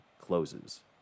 closes